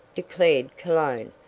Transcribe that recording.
declared cologne.